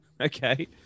Okay